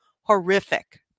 horrific